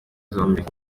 zombi